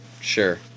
Sure